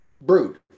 brood